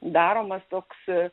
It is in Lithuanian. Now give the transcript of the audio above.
daromas toks